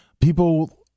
people